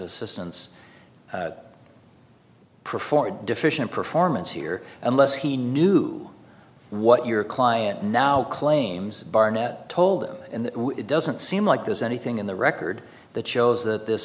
assistance performed deficient performance here unless he knew what your client now claims barnett told him and it doesn't seem like there's anything in the record that shows that this